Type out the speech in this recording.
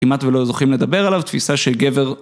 כמעט ולא זוכים לדבר עליו, תפיסה של גבר.